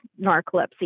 narcolepsy